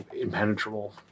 impenetrable